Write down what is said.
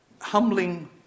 humbling